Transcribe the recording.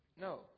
No